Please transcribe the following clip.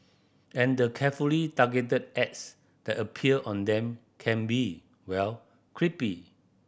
and the carefully targeted ads that appear on them can be well creepy